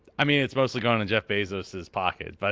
i mean it's mostly going to jeff bezos his pockets, but